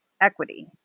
equity